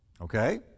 Okay